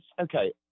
okay